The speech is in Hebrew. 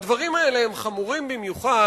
הדברים האלה הם חמורים במיוחד,